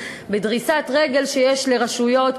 בדריסת רגל שיש לרשויות,